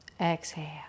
Exhale